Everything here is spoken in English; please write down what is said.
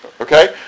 Okay